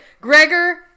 Gregor